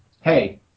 hey